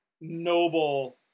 noble